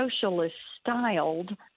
socialist-styled